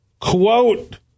quote